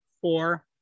four